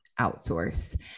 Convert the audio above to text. outsource